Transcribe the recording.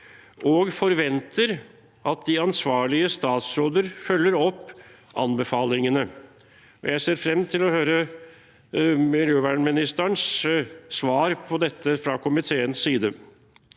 og forventer at de ansvarlige statsråder følger opp anbefalingene. Jeg ser frem til å høre miljøministerens svar på dette fra komiteens side.